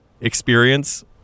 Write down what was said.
experience